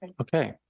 Okay